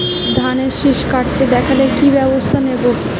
ধানের শিষ কাটতে দেখালে কি ব্যবস্থা নেব?